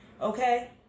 okay